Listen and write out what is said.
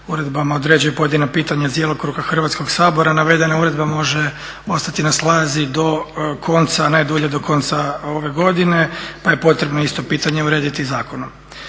uredbama uređuju pojedina pitanja iz djelokruga Hrvatskog sabora, navedene uredbe može ostati na snazi do konca, najdulje do konca ove godine pa je potrebno isto pitanje urediti i zakonom.